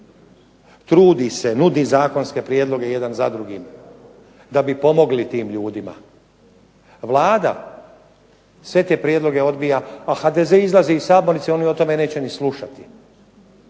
trudi se, nudi zakonske prijedloge jedan za drugim da bi pomogli tim ljudima. Vlada sve te prijedloge odbija, a HDZ izlazi iz sabornice, oni o tome neće ni slušati.